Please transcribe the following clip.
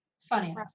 Funny